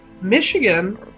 Michigan